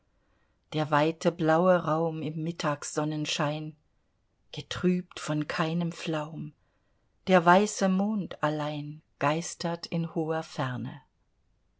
der weite blaue raum im mittagsonnenschein getrübt von keinem flaum der weiße mond allein geistert in hoher ferne